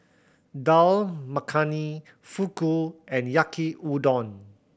Dal Makhani Fugu and Yaki Udon